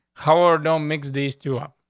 how are don't mix these two up?